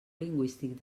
lingüístic